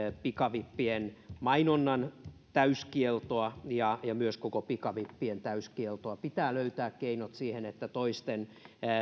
pikavippien mainonnan täyskieltoa ja ja myös koko pikavippien täyskieltoa pitää löytää keinot siihen että toisten